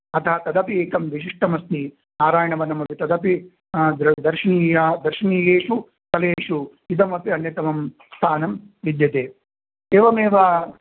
अतः तदपि एकं विशिष्टमस्ति नारायणवनमपि तदपि दृ दर्शनीय दर्शनीयेषु स्थलेषु इदमपि अन्यतमं स्थानं विद्यते एवमेव